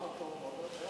שאלו: למה טוב מאוד?